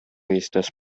estas